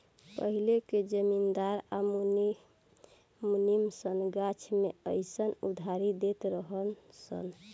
पहिले के जमींदार आ मुनीम सन गाछ मे अयीसन उधारी देत रहलन सन